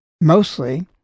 mostly